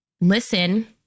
listen